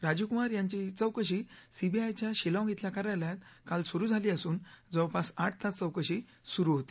राजीवकुमार यांची चौकशी सीबीआयच्या शिलाँग इथल्या कार्यालयात काल सुरु झाली असून जवळपास आठ तास चौकशी सुरु होती